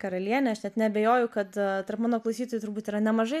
karalienė aš net neabejoju kad tarp mano klausytojų turbūt yra nemažai